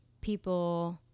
people